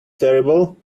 terrible